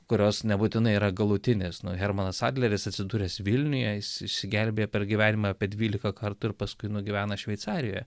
kurios nebūtinai yra galutinės nu hermanas adleris atsidūręs vilniuje jis išsigelbėjo per gyvenimą apie dvylika kartų ir paskui nugyvena šveicarijoje